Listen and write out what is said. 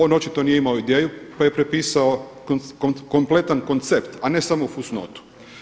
On očito nije imao ideju, pa je prepisao kompletan koncept, a ne samo fusnotu.